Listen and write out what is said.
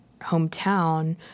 hometown